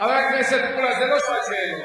חבר הכנסת מולה, זה לא שעת שאלות.